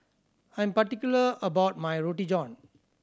I am particular about my Roti John